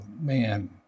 man